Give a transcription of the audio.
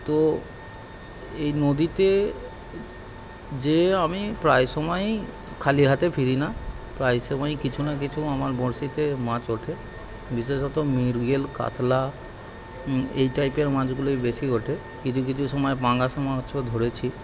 তো এই নদীতে যেয়ে আমি প্রায় সময়ই খালি হাতে ফিরি না প্রায় সময়ই কিছু না কিছু আমার বড়শিতে মাছ ওঠে বিশেষত মৃগেল কাতলা এই টাইপের মাছগুলোই বেশি ওঠে কিছু কিছু সময় পাঙ্গাশ মাছও ধরেছি